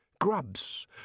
Grubs